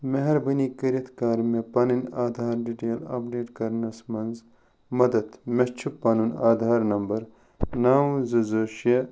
مہربٲنی کٔرتھ کر مےٚ پنٕنۍ آدھار ڈٹیل اپڈیٹ کرنَس منٛز مدد مےٚ چھُ پنُن آدھار نمبر نَو زٕ زٕ شےٚ